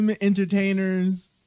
entertainers